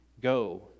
go